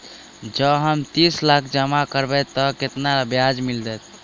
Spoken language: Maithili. जँ हम तीस लाख जमा करबै तऽ केतना ब्याज मिलतै?